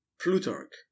Plutarch